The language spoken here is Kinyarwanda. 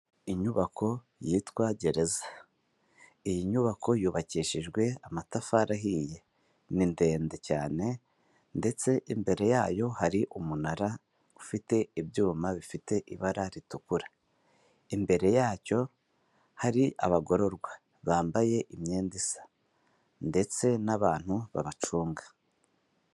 Inyubako yitwa gereza, iyi nyubako yubakishijwe amatafari ahiye ni ndende cyane ndetse imbere yayo hari umunara ufite ibyuma bifite ibara ritukura, imbere yacyo hari abagororwa bambaye imyenda isa ndetse n'abantu babacunga.